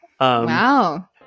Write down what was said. Wow